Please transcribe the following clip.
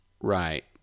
right